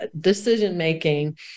decision-making